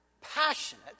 passionate